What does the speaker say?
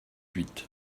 huit